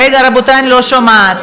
רגע, רבותי, אני לא שומעת.